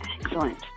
Excellent